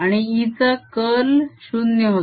आणि E चा curl 0 होता